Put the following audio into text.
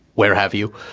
where have you.